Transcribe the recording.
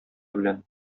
белән